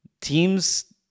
teams